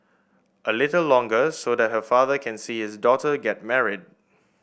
a little longer so that a father can see his daughter get married